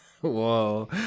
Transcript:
Whoa